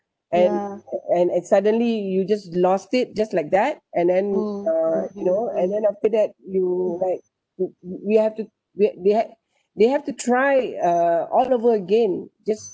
and and and suddenly you just lost it just like that and then uh you know and then after that you like w~ w~ we have to we they ha~ they have to try uh all over again just